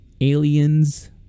Aliens